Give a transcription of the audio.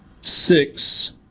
six